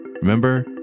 remember